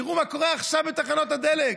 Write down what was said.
תראו מה קורה עכשיו בתחנות הדלק,